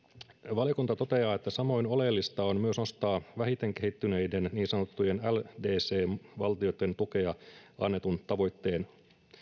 valiokunta toteaa että samoin oleellista on myös nostaa vähiten kehittyneiden niin sanottujen ldc valtioitten tukea annetun tavoitteen